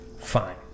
fine